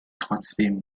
trotzdem